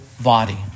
body